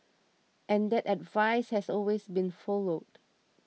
and that advice has always been followed